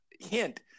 hint